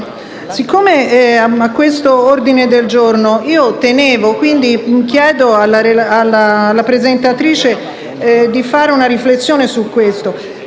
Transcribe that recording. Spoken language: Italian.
tenevo a questo ordine del giorno, chiedo alla presentatrice di fare una riflessione ulteriore